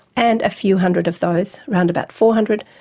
and a few hundred of those, round about four hundred,